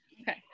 Okay